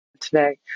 today